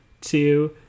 two